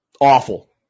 awful